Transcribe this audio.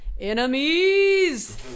enemies